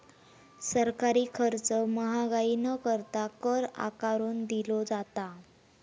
सरकारी खर्च महागाई न करता, कर आकारून दिलो जाता